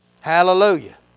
Hallelujah